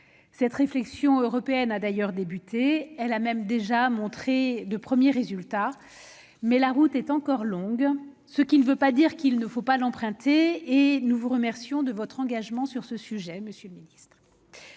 Cette réflexion européenne a d'ailleurs débuté, elle a même déjà donné de premiers résultats, mais la route est encore longue, ce qui ne veut pas dire qu'il ne faut pas la poursuivre. À ce titre, nous vous remercions de votre engagement, monsieur le ministre.